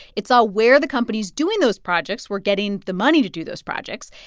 it saw where the companies doing those projects were getting the money to do those projects,